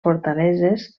fortaleses